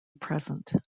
present